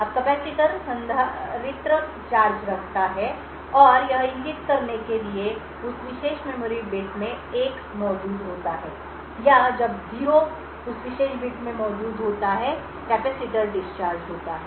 अब कैपेसिटर संधारित्र चार्ज रखता है और यह इंगित करने के लिए उस विशेष मेमोरी बिट में 1 मौजूद होता है या जब 0 उस विशेष बिट में मौजूद होता है कैपेसिटर डिस्चार्ज होता है